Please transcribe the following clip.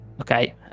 Okay